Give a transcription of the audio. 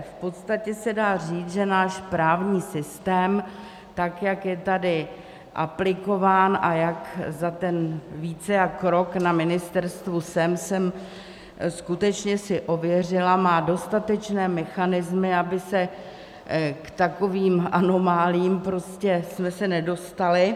V podstatě se dá říct, že náš právní systém, tak jak je tady aplikován a jak za ten více jak rok na ministerstvu jsem, jsem skutečně si ověřila, má dostatečné mechanismy, abychom se k takovým anomáliím prostě nedostali.